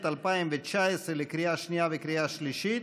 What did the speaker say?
התשע"ט 2019, לקריאה שנייה ולקריאה שלישית,